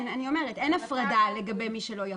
אני אומרת: אין הפרדה לגבי מי שלא יכול.